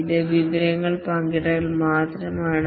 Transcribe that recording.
ഇത് വിവരങ്ങൾ പങ്കിടൽ മാത്രമാണ്